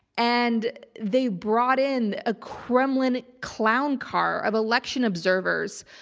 and they brought in a kremlin clown car of election observers,